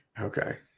Okay